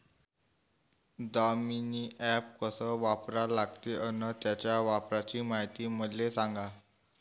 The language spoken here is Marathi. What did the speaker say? दामीनी ॲप कस वापरा लागते? अन त्याच्या वापराची मायती मले सांगा